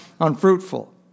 unfruitful